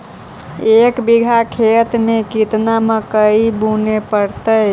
एक बिघा खेत में केतना मकई बुने पड़तै?